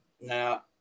Now